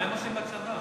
מה הם עושים בצבא?